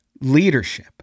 Leadership